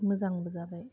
मोजांबो जाबाय